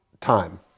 time